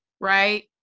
right